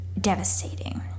devastating